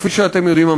כפי שאתם יודעים,